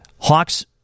Hawks